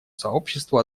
сообществу